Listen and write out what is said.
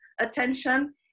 attention